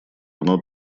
оно